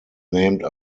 named